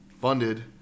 funded